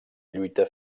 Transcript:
lluita